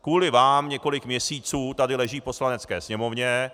Kvůli vám několik měsíců tady leží v Poslanecké sněmovně.